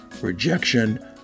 rejection